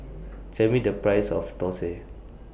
Tell Me The Price of Dosa